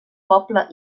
poble